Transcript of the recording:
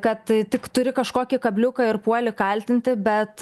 kad tik turi kažkokį kabliuką ir puoli kaltinti bet